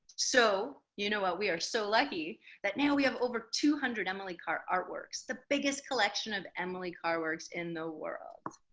so you know what we are so lucky that now we have over two hundred emily carr artworks. the biggest collection of emily carr works in the world.